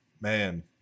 Man